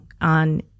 on